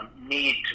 need